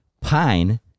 pine